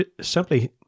simply